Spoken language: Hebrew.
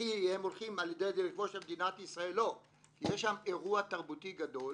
כי יש שם אירוע תרבותי גדול